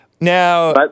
Now